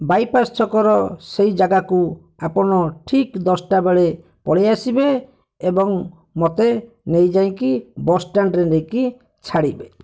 bypass ଛକର ସେଇ ଜାଗାକୁ ଆପଣ ଠିକ୍ ଦଶଟା ବେଳେ ପଳେଇଆସିବେ ଏବଂ ମୋତେ ନେଇଯାଇକି ବସ୍ଷ୍ଟାଣ୍ଡରେ ନେଇକି ଛାଡ଼ିବେ